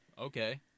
Okay